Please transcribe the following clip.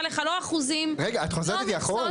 מכתיבה אחוזים --- את חוזרת איתי אחורה?